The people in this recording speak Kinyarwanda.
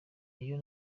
iyo